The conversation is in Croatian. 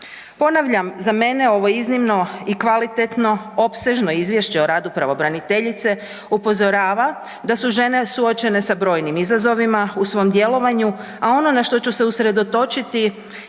Ponavljam, za mene ovo iznimno i kvalitetno, opsežno izvješće o radu pravobraniteljice upozorava da su žene suočene sa brojnim izazovima u svoj djelovanju, a ono na što ću se usredotočiti